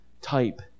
type